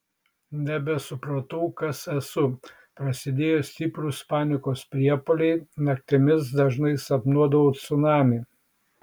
nebesupratau kas esu prasidėjo stiprūs panikos priepuoliai naktimis dažnai sapnuodavau cunamį